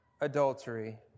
adultery